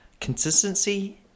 consistency